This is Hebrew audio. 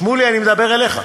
שמולי, אני מדבר אליך.